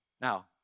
Now